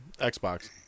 Xbox